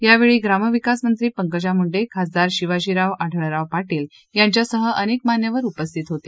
यावेळी ग्रामविकास मंत्री पंकजा मुंडे खासदार शिवाजीराव आढळराव पार्शिल यांच्यासह अनेक मान्यवर उपस्थित होते